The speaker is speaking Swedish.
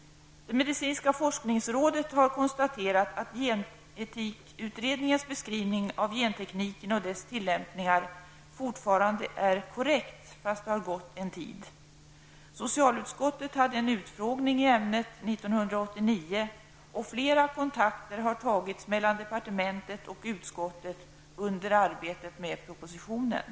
Medicinska forskningsrådet har konstaterat att genteknikutredningens beskrivning av gentekniken och dess tillämpningar fastän det har gått en tid fortfarande är korrekt. Socialutskottet hade en utfrågning i ämnet 1989. Flera kontakter har tagits mellan departementet och utskottet under arbetet med propositionen.